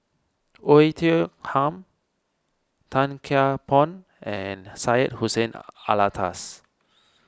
Oei Tiong Ham Tan Kian Por and Syed Hussein Alatas